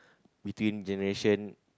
between generation